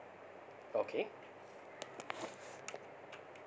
okay